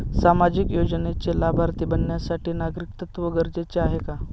सामाजिक योजनेचे लाभार्थी बनण्यासाठी नागरिकत्व गरजेचे आहे का?